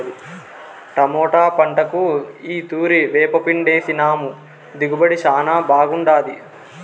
tomato పంటకు ఈ తూరి వేపపిండేసినాము దిగుబడి శానా బాగుండాది